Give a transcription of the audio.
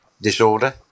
disorder